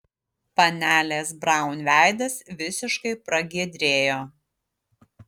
panelės braun veidas visiškai pragiedrėjo